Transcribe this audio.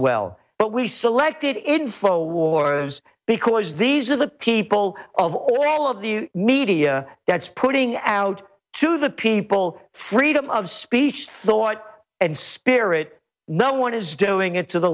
well but we selected info war because these are the people of all of the media that's putting out to the people freedom of speech thought and spirit no one is doing it to the